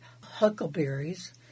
huckleberries